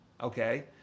okay